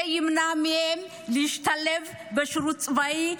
זה ימנע מהם להשתלב בשירות הצבאי,